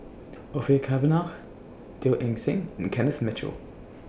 Orfeur Cavenagh Teo Eng Seng and Kenneth Mitchell